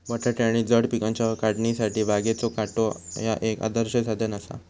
बटाटे आणि जड पिकांच्या काढणीसाठी बागेचो काटो ह्या एक आदर्श साधन हा